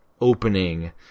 opening